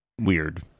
weird